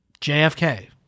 JFK